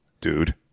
dude